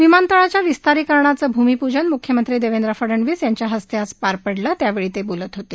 विमानतळाच्या विस्तारीकरणाचे भूमिपूजन मुख्यमंत्री देवेंद्र फडणीस यांच्या हस्ते आज पार पडले त्यावेळी ते बोलत होते